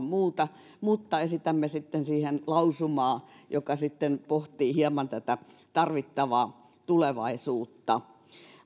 muuta mutta esitämme siihen lausumaa joka sitten pohtii hieman tätä tarvittavaa tulevaisuutta